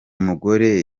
mugore